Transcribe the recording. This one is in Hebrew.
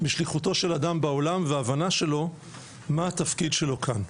בשליחותו של אדם בעולם והבנה שלו מה התפקיד שלו כאן.